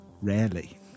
rarely